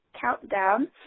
countdown